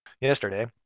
yesterday